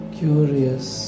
curious